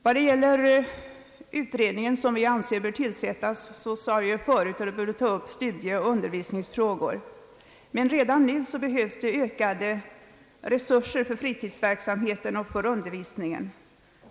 Vad gäller den utredning som vi anser bör tillsättas sade jag förut att den bör ta upp studieoch undervisningsfrågor, men redan nu behövs ökade resurser för fritidsverksamheten och för undervisningen.